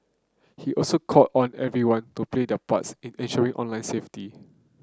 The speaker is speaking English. he also called on everyone to play their parts in ensuring online safety